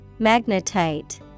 Magnetite